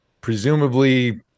presumably